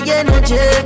energy